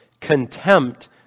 contempt